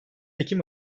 ekim